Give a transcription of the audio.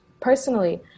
personally